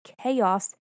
chaos